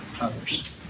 others